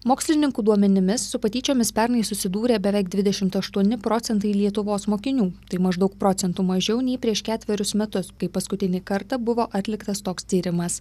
mokslininkų duomenimis su patyčiomis pernai susidūrė beveik dvidešimt aštuoni procentai lietuvos mokinių tai maždaug procentu mažiau nei prieš ketverius metus kai paskutinį kartą buvo atliktas toks tyrimas